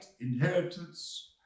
inheritance